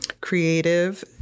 creative